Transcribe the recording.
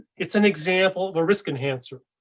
it's an example of a risk enhancer,